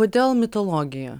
kodėl mitologija